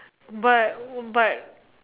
but but